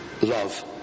love